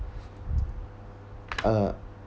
uh